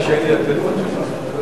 יש לך זכות לבנות, ובגלעד?